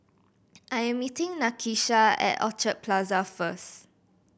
I'm meeting Nakisha at Orchard Plaza first